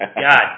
God